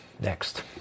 Next